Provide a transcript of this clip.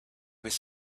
was